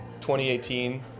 2018